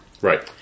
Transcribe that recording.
right